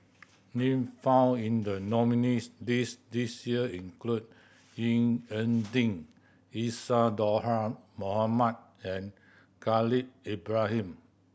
name found in the nominees' list this year include Ying E Ding Isadhora Mohamed and Khalil Ibrahim